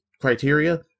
criteria